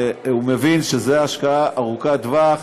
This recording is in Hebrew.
הוא מבין שזו השקעה ארוכת טווח.